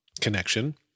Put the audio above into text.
Connection